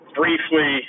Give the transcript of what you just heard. briefly